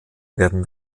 werden